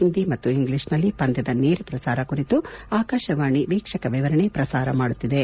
ಹಿಂದಿ ಮತ್ತು ಇಂಗ್ಲಿಷ್ನಲ್ಲಿ ಪಂದ್ಯದ ನೇರಪ್ರಸಾರ ಕುರಿತು ಆಕಾಶವಾಣಿಯು ವೀಕ್ಷಕ ವಿವರಣೆಯನ್ನು ಪ್ರಸಾರ ಮಾಡುತ್ತಿವೆ